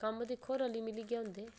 कम्म दिक्खो रली मिलियै गै होंदे